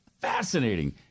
Fascinating